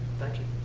thank you.